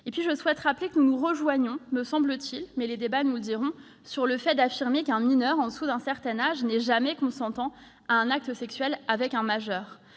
cela. Je souhaite rappeler que nous nous rejoignons, me semble-t-il, mais les débats nous le dirons, sur la nécessité d'affirmer qu'un mineur en dessous d'un certain âge n'est jamais consentant à un acte sexuel avec un majeur.